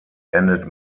endet